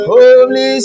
Holy